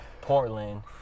Portland